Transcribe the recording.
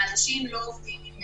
האנשים לא עובדים עם